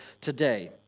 today